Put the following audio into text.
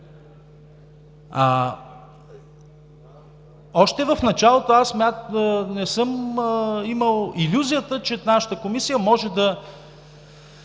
Още в началото аз не съм имал илюзията, че нашата комисия може да